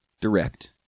direct